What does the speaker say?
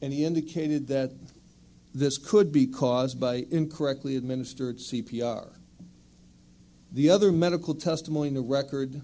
he indicated that this could be caused by incorrectly administered c p r the other medical testimony in the record